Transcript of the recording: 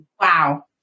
Wow